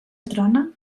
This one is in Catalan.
trona